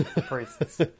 priests